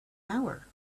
hour